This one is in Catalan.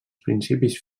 principis